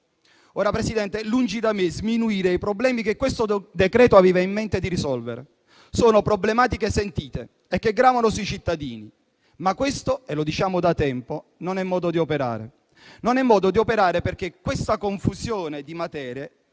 Presidente, lungi da me sminuire i problemi che questo decreto-legge aveva in mente di risolvere. Sono problematiche sentite che gravano sui cittadini, ma questo - come diciamo da tempo - non è modo di operare. Questa confusione di materie